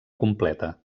completa